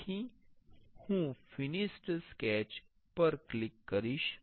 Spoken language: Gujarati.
તેથી હું ફિનિશ્ડ સ્કેચ પર ક્લિક કરીશ